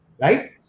right